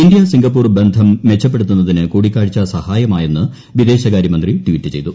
India Singapore ബന്ധം മെച്ചപ്പെടുത്തുന്നതിന് കൂടിക്കാഴ്ച സഹായമെന്ന് വിദേശകാര്യ മന്ത്രി ട്വീറ്റ് ചെയ്തു